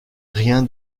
rien